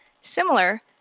similar